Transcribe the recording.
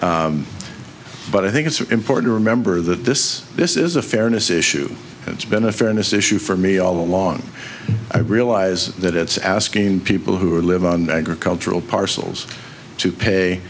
count but i think it's important to remember that this this is a fairness issue it's been a fairness issue for me all along i realize that it's asking people who live and or cultural parcels to